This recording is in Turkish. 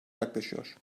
yaklaşıyor